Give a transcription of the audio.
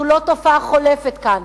אנחנו לא תופעה חולפת כאן.